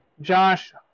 Josh